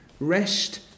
Rest